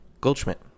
Goldschmidt